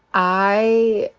i